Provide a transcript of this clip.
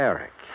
Eric